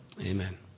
Amen